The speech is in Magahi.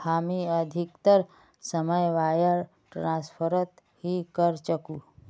हामी अधिकतर समय वायर ट्रांसफरत ही करचकु